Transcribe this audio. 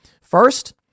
First